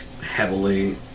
heavily